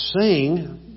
sing